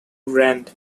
rand